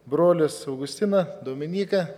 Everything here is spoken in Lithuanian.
brolius augustiną dominyką